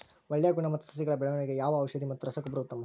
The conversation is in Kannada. ಒಳ್ಳೆ ಗುಣಮಟ್ಟದ ಸಸಿಗಳ ಬೆಳವಣೆಗೆಗೆ ಯಾವ ಔಷಧಿ ಮತ್ತು ರಸಗೊಬ್ಬರ ಉತ್ತಮ?